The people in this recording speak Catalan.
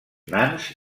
nans